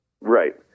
Right